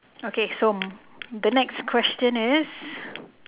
okay so the next question is